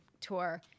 tour